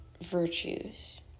virtues